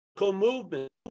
movement